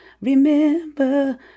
remember